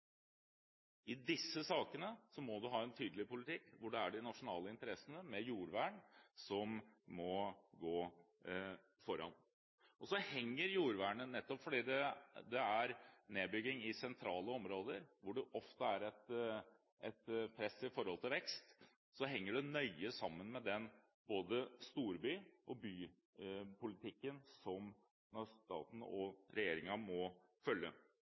I disse sakene må man ha en tydelig politikk hvor det er de nasjonale interessene, med jordvern, som må gå foran. Så henger jordvernet – nettopp fordi det er nedbygging i sentrale områder hvor det ofte er et press i forhold til vekst – nøye sammen med den storby- og bypolitikken som staten og regjeringen må